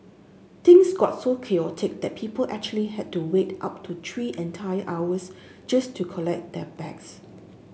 things got so chaotic that people actually had to wait up to three entire hours just to collect their bags